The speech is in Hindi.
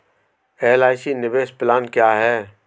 एल.आई.सी निवेश प्लान क्या है?